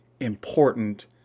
important